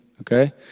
Okay